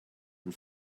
and